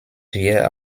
wir